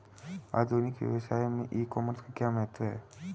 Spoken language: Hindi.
आधुनिक व्यवसाय में ई कॉमर्स का क्या महत्व है?